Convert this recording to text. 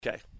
Okay